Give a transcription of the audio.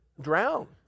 drown